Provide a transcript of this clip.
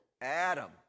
Adam